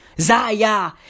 Zaya